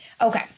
Okay